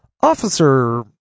Officer